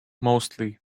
mostly